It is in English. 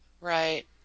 right